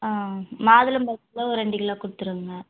ஆ மாதுளம்பழத்தில் ஒரு ரெண்டு கிலோ கொடுத்துருங்க